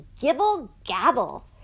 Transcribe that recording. gibble-gabble